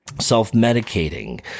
self-medicating